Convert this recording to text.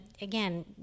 again